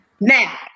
Now